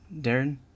Darren